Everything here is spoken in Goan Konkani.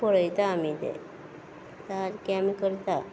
पळयता आमी तें सारकें आमी करता